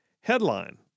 Headline